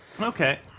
Okay